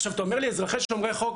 עכשיו, אתה אומר לי אזרחים שומרי חוק?